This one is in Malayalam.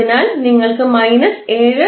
അതിനാൽ നിങ്ങൾക്ക് മൈനസ് −7